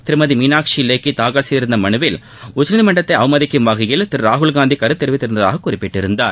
திருமதி மீனாட்சி லேக்கி தாக்கல் செய்திருந்த மனுவில் உச்சநீதிமன்றத்தை அவமதிக்கும் வகையில் திரு ராகுல்காந்தி கருத்து தெரிவித்திருந்ததாக குறிப்பிட்டிருந்தார்